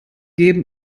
geben